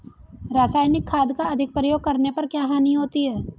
रासायनिक खाद का अधिक प्रयोग करने पर क्या हानि होती है?